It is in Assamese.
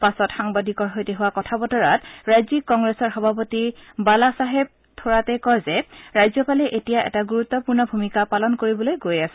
পাছত সাংবাদিকৰ সৈতে হোৱা কথা বতৰাত ৰাজ্যিক কংগ্ৰেছৰ সভাপতি বালাচাহেব থোৰাটে কয় যে ৰাজ্যপালে এতিয়া এটা গুৰুত্পূৰ্ণ ভূমিকা পালন কৰিবলৈ গৈ আছে